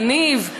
תניב,